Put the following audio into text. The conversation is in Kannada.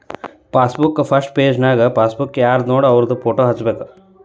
ಪಾಸಬುಕ್ ಫಸ್ಟ್ ಪೆಜನ್ಯಾಗ ಪಾಸಬುಕ್ ಯಾರ್ದನೋಡ ಅವ್ರ ಫೋಟೋ ಹಚ್ಬೇಕ್